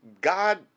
God